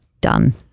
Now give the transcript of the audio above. done